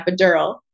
epidural